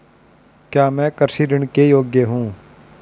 क्या मैं कृषि ऋण के योग्य हूँ?